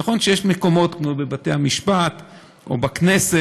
נכון שיש מקומות כמו בתי-המשפט או הכנסת